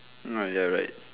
no you are right